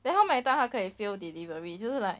then how many 他可以 fail delivery 就是 like